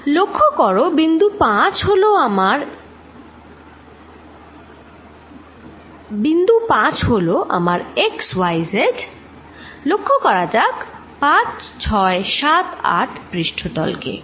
লক্ষ্য করো বিন্দু 5 হলো আমার x y z লক্ষ্য করা যাক 5 6 7 8 পৃষ্ঠতল কে